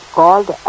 called